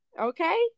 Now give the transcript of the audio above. okay